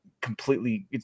completely